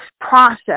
process